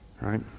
right